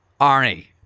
Arnie